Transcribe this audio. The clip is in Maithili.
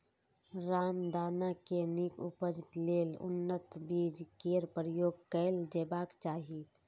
रामदाना के नीक उपज लेल उन्नत बीज केर प्रयोग कैल जेबाक चाही